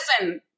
listen